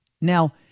Now